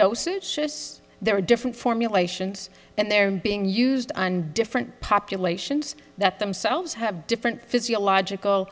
doses there are different formulations and they're being used on different populations that themselves have different physiological